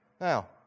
Now